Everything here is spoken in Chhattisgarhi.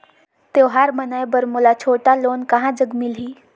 त्योहार मनाए बर मोला छोटा लोन कहां जग मिलही?